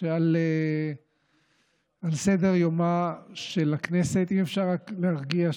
שעל סדר-יומה של הכנסת, אם אפשר רק להרגיע שם.